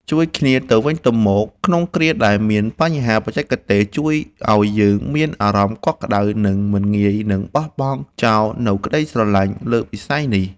ជួយគ្នាទៅវិញទៅមកក្នុងគ្រាដែលមានបញ្ហាបច្ចេកទេសជួយឱ្យយើងមានអារម្មណ៍កក់ក្តៅ និង មិនងាយនឹងបោះបង់ចោលនូវក្តីស្រឡាញ់លើវិស័យនេះ។